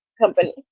company